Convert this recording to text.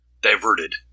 diverted